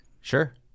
Sure